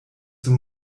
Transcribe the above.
zum